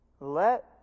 Let